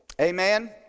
Amen